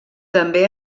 també